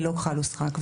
ללא כחל וסרק.